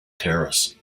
terrace